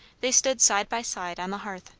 they stood side by side on the hearth,